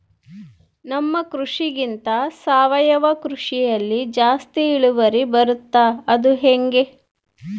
ನಮ್ಮ ಕೃಷಿಗಿಂತ ಸಾವಯವ ಕೃಷಿಯಲ್ಲಿ ಜಾಸ್ತಿ ಇಳುವರಿ ಬರುತ್ತಾ ಅದು ಹೆಂಗೆ?